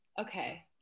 okay